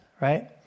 right